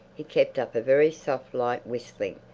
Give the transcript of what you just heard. he kept up a very soft light whistling,